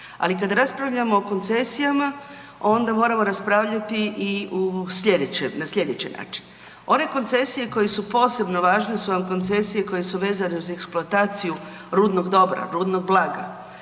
ali kad raspravljamo o koncesijama onda moramo raspravljati i na slijedeći način. One koncesije koje su posebno važne su vam koncesije koje su vezane uz eksploataciju rudnog dobra, rudnog blaga.